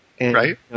Right